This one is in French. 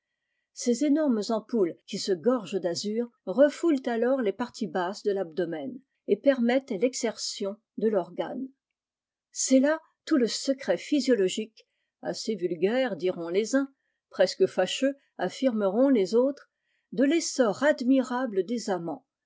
ces énormes ampoules qui se gorgent d'azur refoulent alors les parties basses de l'abdomen et permettent l'exsertion de l'organe c'est là tout le secret physiologique assez vulgaire diront les uns presque fâcheux affirmeront les autres de l'essor admirable